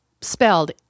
spelled